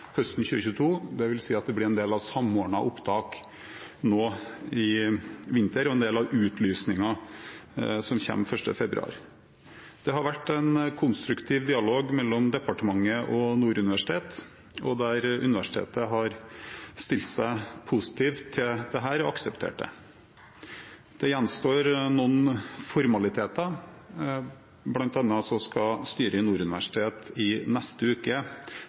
høsten 2022. Det vil si at det blir en del av Samordna opptak nå i vinter og en del av utlysningen som kommer 1. februar. Det har vært en konstruktiv dialog mellom departementet og Nord universitet, og universitetet har stilt seg positive til dette og akseptert det. Det gjenstår noen formaliteter, bl.a. skal styret i Nord universitet neste uke